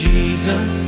Jesus